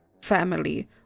family